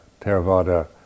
Theravada